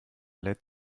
lädt